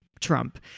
Trump